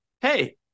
hey